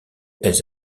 elles